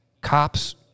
Cops